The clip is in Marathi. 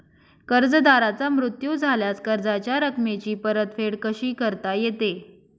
कर्जदाराचा मृत्यू झाल्यास कर्जाच्या रकमेची परतफेड कशी करता येते?